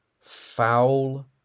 foul